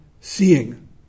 seeing